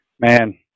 Man